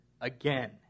again